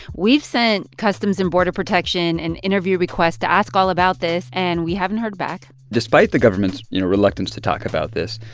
we've sent customs and border protection an interview request to ask all about this, and we haven't heard back despite the government's, you know, reluctance to talk about this,